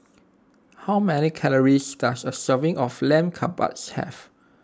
how many calories does a serving of Lamb Kebabs have